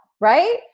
right